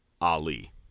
Ali